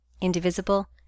indivisible